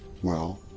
well,